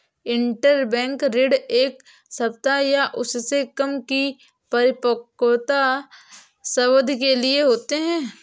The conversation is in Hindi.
इंटरबैंक ऋण एक सप्ताह या उससे कम की परिपक्वता अवधि के लिए होते हैं